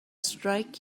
strike